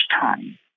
time